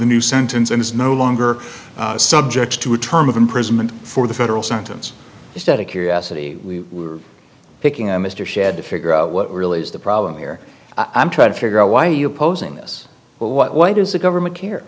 the new sentence and is no longer subject to a term of imprisonment for the federal sentence instead of curiosity we were picking on mr shedd to figure out what really is the problem here i'm trying to figure out why you opposing this well what why does the government care